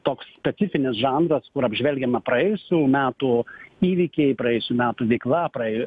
toks specifinis žanras kur apžvelgiama praėjusių metų įvykiai praėjusių metų veikla praėjo